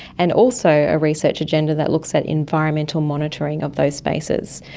and also a research agenda that looks at environmental monitoring of those spaces.